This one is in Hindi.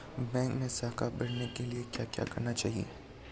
बैंक मैं साख बढ़ाने के लिए क्या क्या करना चाहिए?